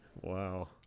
Wow